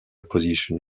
position